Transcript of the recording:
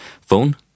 phone